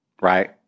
right